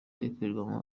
ikoreramo